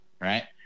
Right